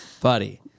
Buddy